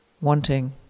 Wanting